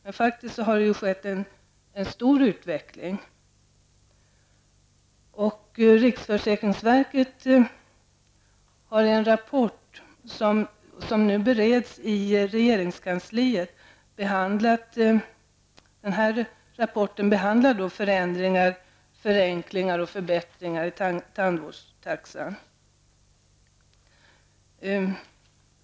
Men utvecklingen har faktiskt gått mycket fort. I en rapport från riksförsäkringsverket som nu bereds inom regeringskansliet behandlas frågan om förändringar, förenklingar och förbättringar i tandvårdstaxan.